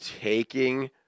taking